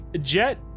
Jet